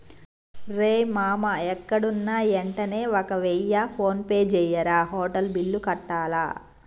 రేయ్ మామా ఎక్కడున్నా యెంటనే ఒక వెయ్య ఫోన్పే జెయ్యిరా, హోటల్ బిల్లు కట్టాల